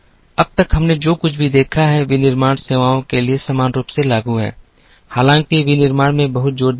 अब तक हमने जो कुछ भी देखा है विनिर्माण सेवा के लिए समान रूप से लागू है हालांकि विनिर्माण में बहुत जोर दिया गया है